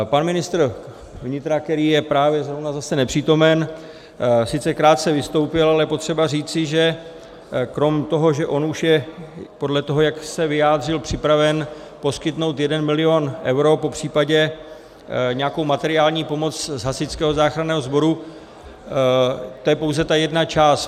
Pan ministr vnitra, který je právě zrovna zase nepřítomen, sice krátce vystoupil, ale je potřeba říci, že krom toho, že on už je, podle toho, jak se vyjádřil, připraven poskytnout jeden milion eur, popřípadě nějakou materiální pomoc z Hasičského záchranného sboru, to je pouze ta jedna část.